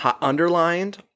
underlined